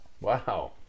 Wow